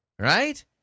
Right